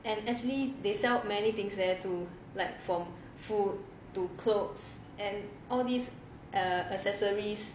and actually they sell many things there to like from food to clothes and all these err accessories